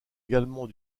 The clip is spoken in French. également